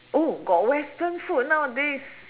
oh got western food nowadays